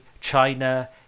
China